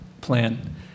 plan